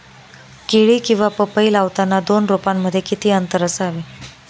केळी किंवा पपई लावताना दोन रोपांमध्ये किती अंतर असावे?